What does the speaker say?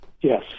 Yes